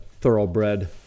thoroughbred